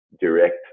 direct